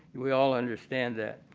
we all understand that.